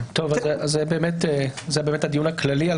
זה באמת הדיון הכללי.